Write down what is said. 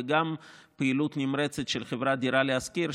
וגם פעילות נמרצת של חברת דירה להשכיר,